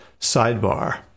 sidebar